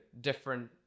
different